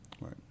Right